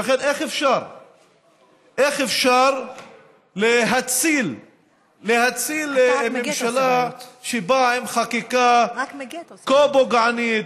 איך אפשר להציל ממשלה שבאה עם חקיקה כה פוגענית,